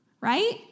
Right